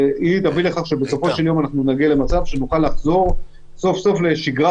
בסופו של יום נגיע למצב שנוכל לחזור סוף סוף לשגרת